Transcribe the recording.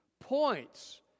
points